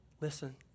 listen